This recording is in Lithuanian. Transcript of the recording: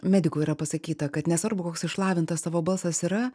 medikų yra pasakyta kad nesvarbu koks išlavintas tavo balsas yra